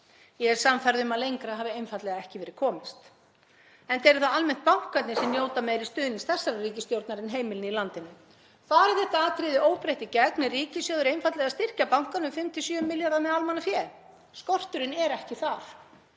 Ég er sannfærð um að lengra hafi einfaldlega ekki verið komist, enda eru það almennt bankarnir sem njóta meiri stuðnings þessara ríkisstjórnar en heimilin í landinu. Fari þetta atriði óbreytt í gegn er ríkissjóður einfaldlega að styrkja bankana um 5–7 milljarða með almannafé. Skorturinn er ekki þar.